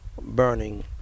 burning